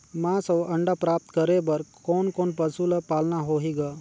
मांस अउ अंडा प्राप्त करे बर कोन कोन पशु ल पालना होही ग?